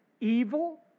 evil